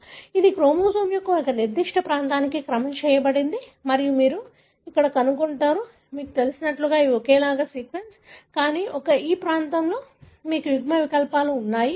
ఇది క్రోమోజోమ్ యొక్క ఒక నిర్దిష్ట ప్రాంతానికి క్రమం చేయబడింది మరియు మీరు ఇక్కడ కనుగొంటారు మీకు తెలిసినట్లుగా ఇవి ఒకేలా ఉండే సీక్వెన్స్ కానీ కానీ ఈ ప్రత్యేక ప్రాంతంలో మీకు యుగ్మ వికల్పాలు ఉన్నాయి